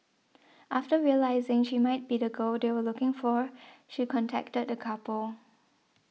after realising she might be the girl they were looking for she contacted the couple